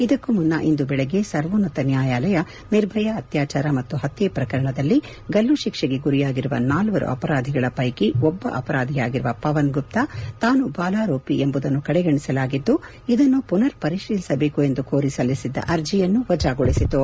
ಇದಕ್ಕೂ ಮುನ್ನ ಇಂದು ಬೆಳಗ್ಗೆ ಸರ್ವೋನ್ನತ ನ್ಯಾಯಾಲಯ ನಿರ್ಭಯ ಅತ್ಕಾಚಾರ ಮತ್ತು ಪತ್ತೆ ಪ್ರಕರಣದಲ್ಲಿ ಗಲ್ಲು ಶಿಕ್ಷೆಗೆ ಗುರಿಯಾಗಿರುವ ನಾಲ್ವರು ಅಪರಾಧಿಗಳ ಪೈಕಿ ಒಬ್ಬ ಅಪರಾಧಿಯಾಗಿರುವ ಪವನ್ ಗುಪ್ತಾ ತಾನು ಬಾಲಾರೋಪಿ ಎಂಬುದನ್ನು ಕಡೆಗಣಿಸಲಾಗಿದ್ದು ಇದನ್ನು ಪುನರ್ ಪರಿಶೀಲಿಸಬೇಕು ಎಂದು ಕೋರಿ ಸಲ್ಲಿಸಿದ್ದ ಅರ್ಜಿಯನ್ನು ವಜಾಗೊಳಿಸಿತು